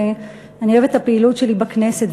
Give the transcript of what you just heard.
ואני אוהבת את הפעילות שלי בכנסת.